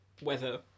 Weather